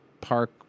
Park